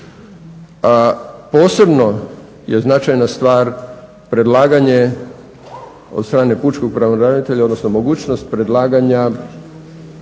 Posebno je značajna stvar predlaganje od strane pučkog pravobranitelja, odnosno mogućnost predlaganja